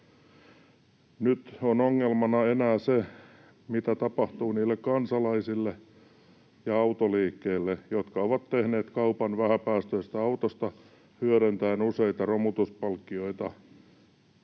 Nyt on ongelmana enää se, mitä tapahtuu niille kansalaisille ja autoliikkeille, jotka ovat tehneet kaupan vähäpäästöisestä autosta hyödyntäen useita romutuspalkkioita